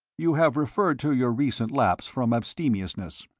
you have referred to your recent lapse from abstemiousness.